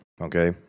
okay